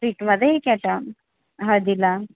स्वीटमध्ये एक ॲटम हळदीला